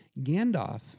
Gandalf